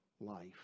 life